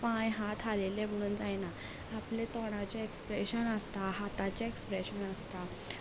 पांय हात हालयले म्हणून जायना आपले तोंडाचें एक्सप्रेशन आसता हाताचें एक्सप्रेशन आसता